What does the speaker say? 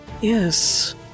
Yes